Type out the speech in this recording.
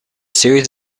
series